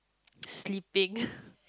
sleeping